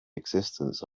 existence